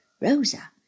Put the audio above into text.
Rosa